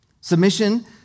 Submission